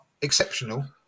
exceptional